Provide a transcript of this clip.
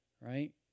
right